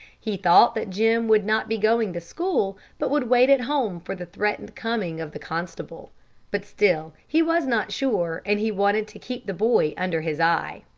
he thought that jim would not be going to school, but would wait at home for the threatened coming of the constable but still he was not sure, and he wanted to keep the boy under his eye.